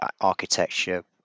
architecture